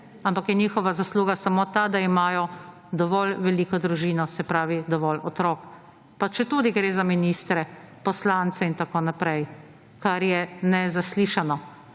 ampak je njihova zasluga samo ta, da imajo dovolj veliko družino, se pravi, dovolj otrok, ča četudi gre za ministre, poslance, itn., kar je nezaslišano.